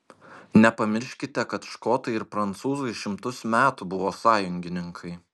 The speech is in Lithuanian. nepamirškite kad škotai ir prancūzai šimtus metų buvo sąjungininkai